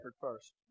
first